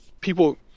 people